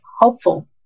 hopeful